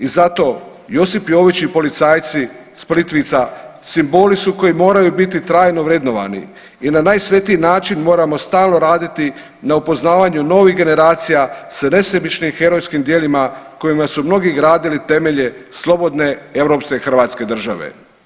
I zato Josip Jović i policajci s Plitvica simboli su koji moraju biti trajno vrednovani i na najsvetiji način moramo stalno raditi na upoznavanju novih generacija s nesebičnim herojskim djelima kojima su mnogi gradili temelje slobodne europske hrvatske države.